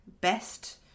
best